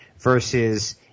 versus